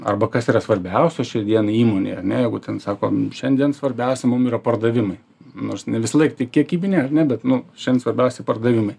arba kas yra svarbiausio šią dieną įmonėj ane jeigu ten sakom šiandien svarbiausia mum yra pardavimai nors ne visąlaik tik kiekybiniai ar ne bet nu šiandien svarbiausia pardavimai